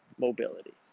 mobility